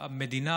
שהמדינה,